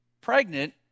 pregnant